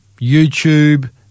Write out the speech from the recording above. YouTube